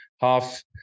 half